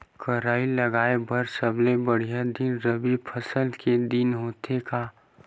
का राई लगाय बर सबले बढ़िया दिन रबी फसल के दिन होथे का?